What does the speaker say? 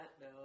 No